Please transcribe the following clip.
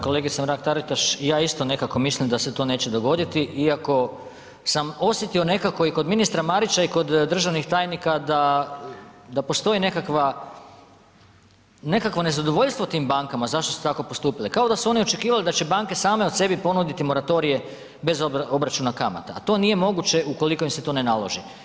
Kolegice Mrak Tatitaš ja isto nekako mislim da se to neće dogoditi iako sam osjetio nekako i kod ministra Marića i kod državnih tajnika da postoji nekakvo nezadovoljstvo tim bankama zašto su tako postupile, kao da su oni očekivali da će banke same sebi ponuditi moratorije bez obračuna kamata, a to nije moguće ukoliko im se to ne naloži.